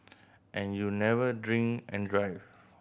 and you'll never drink and drive